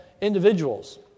individuals